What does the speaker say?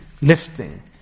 lifting